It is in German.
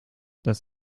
das